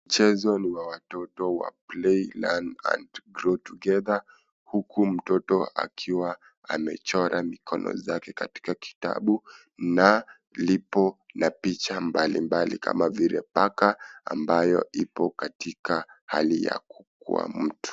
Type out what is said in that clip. Mchezo ni wa watoto wa play, learn, and grow together. Huku mtoto akiwa amechora mikono zake katika kitabu na lipo na picha mbali mbali kama vile paka ambayo ipo katika hali ya kukua mtu.